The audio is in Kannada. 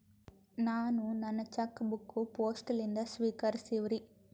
ನಾನು ನನ್ನ ಚೆಕ್ ಬುಕ್ ಪೋಸ್ಟ್ ಲಿಂದ ಸ್ವೀಕರಿಸಿವ್ರಿ